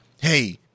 hey